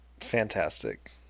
Fantastic